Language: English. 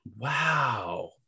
Wow